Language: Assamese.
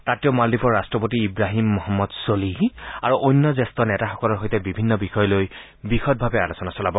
তাত তেওঁ মালদ্বীপৰ ৰাষ্ট্ৰপতি ইব্ৰাহিম মহম্মদ ছ'লিহ আৰু অন্য জ্যেষ্ঠ নেতাসকলৰ সৈতে বিভিন্ন বিষয় লৈ বিশদভাৱে আলোচনা চলাব